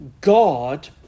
God